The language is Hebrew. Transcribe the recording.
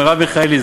מרב מיכאלי,